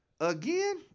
Again